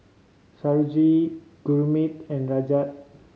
Sarojini Gurmeet and Rajat